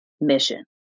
mission